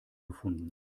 gefunden